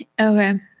Okay